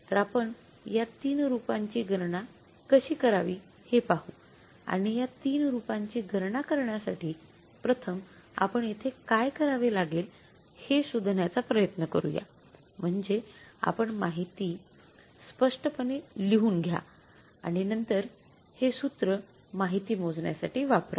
तर आपण या तीन रुपांची गणना कशी करावी हे पाहू आणि या तीन रुपांची गणना करण्यासाठी प्रथम आपण येथे काय करावे लागेल हे शोधण्याचा प्रयत्न करूया म्हणजे आपण माहिती स्पष्टपणे लिहून घ्या आणि नंतर ते सूत्र माहिती मोजण्यासाठी वापरा